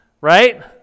right